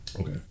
Okay